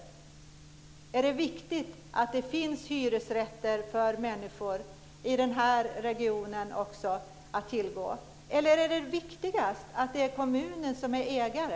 Är det viktigt att det finns hyresrätter för människor att tillgå i den här regionen också? Eller är det viktigast att det är kommunen som är ägare?